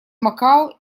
макао